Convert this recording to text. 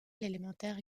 élémentaire